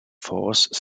force